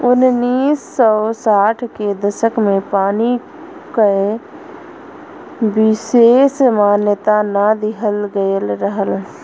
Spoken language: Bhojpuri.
उन्नीस सौ साठ के दसक में पानी को विसेस मान्यता ना दिहल गयल रहल